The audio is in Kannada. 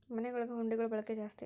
ಮನೆಗುಳಗ ಹುಂಡಿಗುಳ ಬಳಕೆ ಜಾಸ್ತಿ